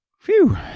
Phew